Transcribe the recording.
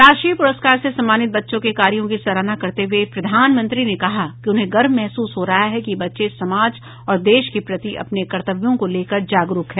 राष्ट्रीय पुरस्कार से सम्मानित बच्चों के कार्यों की सराहना करते हुए प्रधानमंत्री ने कहा कि उन्हें गर्व महसूस हो रहा है कि बच्चे समाज और देश के प्रति अपने कर्तव्यों को लेकर जागरूक हैं